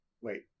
wait